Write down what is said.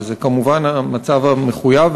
וזה כמובן המצב המחויב,